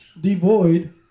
devoid